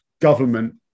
government